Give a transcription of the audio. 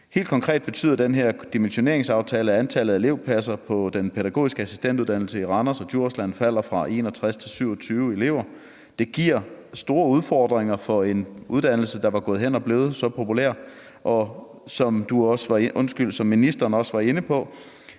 Helt konkret betyder den her dimensioneringsaftale, at antallet af elevpladser på den pædagogiske assistentuddannelse i Randers og Djursland falder fra 61 til 27 elever. Det giver store udfordringer for en uddannelse, der var gået hen og blevet så populær. Og som ministeren også var inde på,